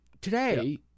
today